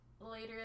later